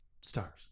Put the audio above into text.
Stars